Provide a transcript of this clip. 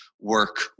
work